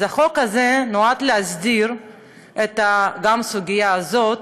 אז החוק הזה נועד להסדיר גם את הסוגיה הזאת,